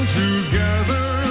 together